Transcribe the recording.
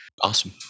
Awesome